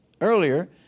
earlier